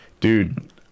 Dude